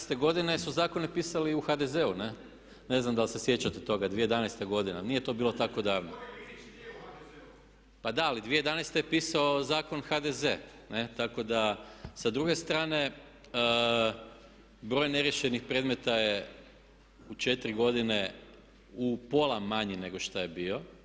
Pa 2011. godine su zakone pisali u HDZ-u, ne znam da li se sjećate toga 2011. godine ali nije to bilo tako davno. … [[Upadica se ne čuje.]] Pa da ali 2011. je pisao Zakon HDZ, tako da sa druge strane, broj neriješenih predmeta je u 4 godine u pola manji nego što je bio.